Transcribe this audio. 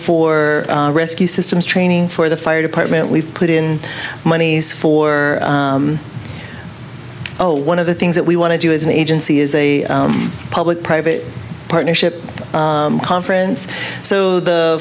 for rescue systems training for the fire department we've put in monies for one of the things that we want to do as an agency is a public private partnership conference so the